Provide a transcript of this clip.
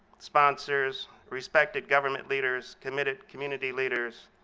sponsors, respected government leaders, committed community leaders,